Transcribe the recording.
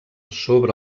sobre